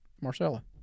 Marcella